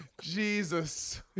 Jesus